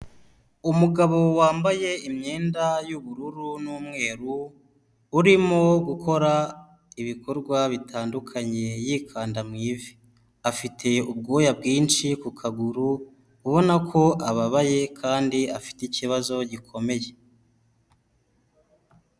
Umugabo wambaye imyenda y'ubururu n'umweru, urimo gukora ibikorwa bitandukanye yikanda mu ivi, afite ubwoya bwinshi ku kaguru, ubona ko ababaye kandi afite ikibazo gikomeye.